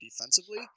defensively